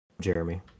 Jeremy